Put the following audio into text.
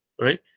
right